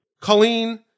Colleen